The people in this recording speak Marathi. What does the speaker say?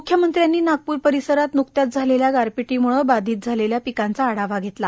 मुख्यमंत्र्यांनी नागपूर परिसरात नुकस्पाच झालेल्या गारपिटीमुळे बाधित झालेल्या पिकांचा आढावा घेतला